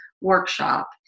workshop